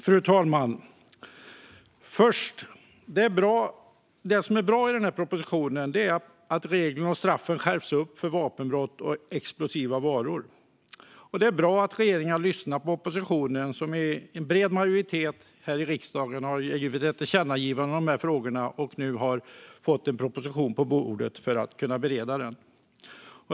Fru talman! Det som är bra i propositionen är att det är fråga om att skärpa reglerna och straffen för vapenbrott och explosiva varor. Det är bra att regeringen har lyssnat på oppositionen, som i bred majoritet i riksdagen har gjort ett tillkännagivande i frågorna och nu har fått en proposition på bordet för beredning.